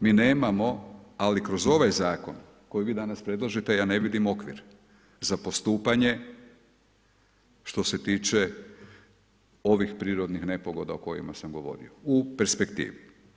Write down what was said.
Mi nemamo, ali kroz ovaj zakon, koji vi danas predlažete, ja ne vidim okvir, za postupanje, što se tiče ovih prirodnih nepogoda o kojima sam govorio u perspektivi.